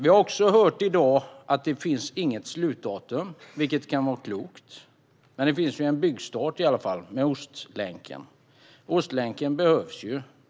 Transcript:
Vi har också hört i dag att det inte finns något slutdatum, vilket kan vara klokt. Men det finns i alla fall en byggstart, i och med Ostlänken. Ostlänken behövs.